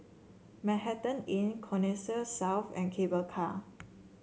Manhattan Inn Connexis South and Cable Car